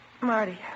Marty